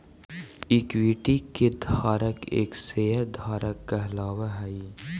equity के धारक एक शेयर धारक कहलावऽ हइ